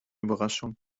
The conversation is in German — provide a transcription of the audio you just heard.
überraschung